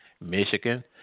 Michigan